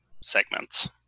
segments